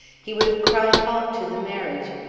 he would have cried halt to the marriage,